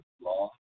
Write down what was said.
law